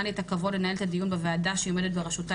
לי את הכבוד לנהל את הדיון בוועדה שהיא עומדת בראשותה,